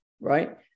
right